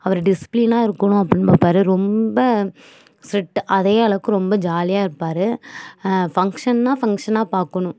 அவர் டிஸிப்ளீனாக இருக்கணும் அப்படின்னு பாப்பார் ரொம்ப ஸ்ட்ரிக்ட்டு அதே அளவுக்கு ரொம்ப ஜாலியாக இருப்பார் ஃபங்க்ஷன்னா ஃபங்க்ஷனா பார்க்கணும்